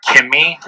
Kimmy